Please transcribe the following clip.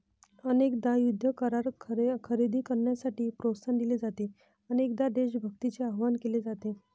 अनेकदा युद्ध करार खरेदी करण्यासाठी प्रोत्साहन दिले जाते, अनेकदा देशभक्तीचे आवाहन केले जाते